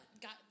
got